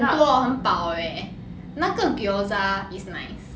很多 hor 很饱 eh 那个 gyoza is nice